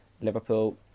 Liverpool